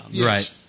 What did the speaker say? Right